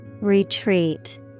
Retreat